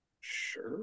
sure